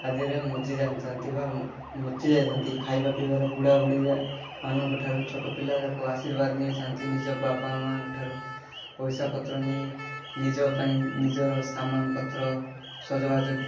ଆଦି ମଜି ଯାଇଛନ୍ତି ବା ମାତି ଯାଇଥାନ୍ତି ଖାଇବା ପିଇବାରେ ବୁଢ଼ାବୁଢ଼ୀମାନଙ୍କଠାରୁ ଛୋଟ ପିଲାଯାକ ଆର୍ଶିବାଦ ନେଇଥାନ୍ତି ନିଜ ବାପାମାଆଙ୍କ ଠାରୁ ପଇସା ନେଇଥାନ୍ତି ନିଜ ପାଇଁ ନିଜର ସାମାନ ପତ୍ର ସଜବାଜ